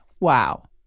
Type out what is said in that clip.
wow